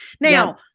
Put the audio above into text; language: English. Now